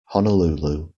honolulu